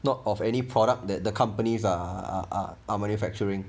not of any product that the companies are are manufacturing